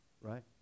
Right